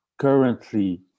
Currently